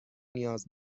نیاز